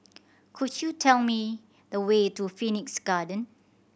could you tell me the way to Phoenix Garden